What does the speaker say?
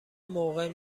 موقع